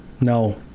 No